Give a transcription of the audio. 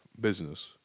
business